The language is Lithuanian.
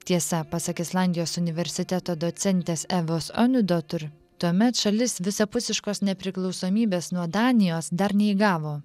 tiesa pasak islandijos universiteto docentės evos eniudotor tuomet šalis visapusiškos nepriklausomybės nuo danijos dar neįgavo